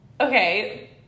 okay